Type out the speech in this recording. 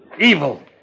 evil